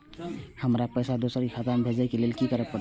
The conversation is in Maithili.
हमरा पैसा दोसर के खाता में भेजे के लेल की करे परते?